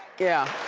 yeah.